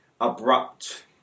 abrupt